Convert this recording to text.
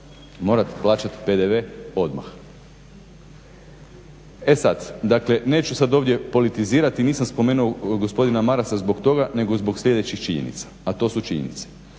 morati plaćati PDV odmah. E sad, dakle neću sad ovdje politizirati, nisam spomenuo gospodina Marasa zbog toga nego zbog sljedećih činjenica, a to su činjenice: